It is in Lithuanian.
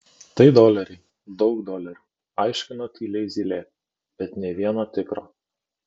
tai doleriai daug dolerių aiškino tyliai zylė bet nė vieno tikro